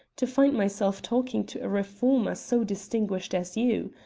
to find myself talking to a reformer so distinguished as you.